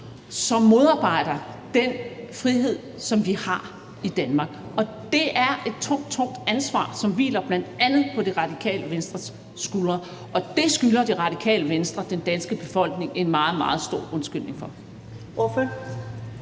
som modarbejder den frihed, som vi har i Danmark. Og det er et tungt, tungt ansvar, som hviler på bl.a. Det Radikale Venstres skuldre, og det skylder Det Radikale Venstre den danske befolkning en meget, meget stor undskyldning for.